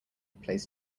plays